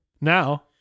now